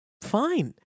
Fine